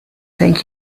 thank